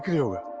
you